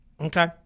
Okay